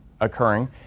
occurring